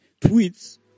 tweets